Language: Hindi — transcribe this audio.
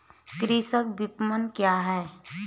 कृषि विपणन क्या है?